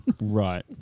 Right